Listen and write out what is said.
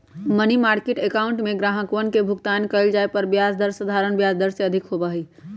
money market account में ग्राहकवन के भुगतान कइल जाये पर ब्याज दर साधारण ब्याज दर से अधिक होबा हई